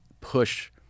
push